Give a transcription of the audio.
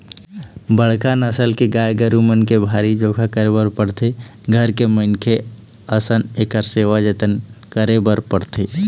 बड़का नसल के गाय गरू मन के भारी जोखा करे बर पड़थे, घर के मनखे असन इखर सेवा जतन करे बर पड़थे